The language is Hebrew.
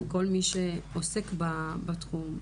לכל מי שעוסק בתחום,